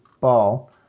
Ball